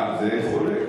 אה, זה יכול להיות.